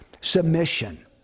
submission